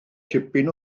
tipyn